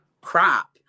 crap